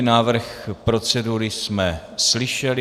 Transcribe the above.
Návrh procedury jsme slyšeli.